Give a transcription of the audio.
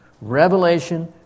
Revelation